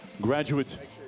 graduate